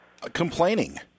Complaining